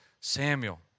Samuel